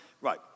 right